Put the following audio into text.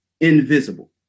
Invisible